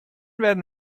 werden